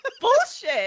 Bullshit